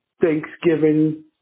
Thanksgiving